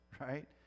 right